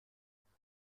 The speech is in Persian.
رمضون